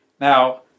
Now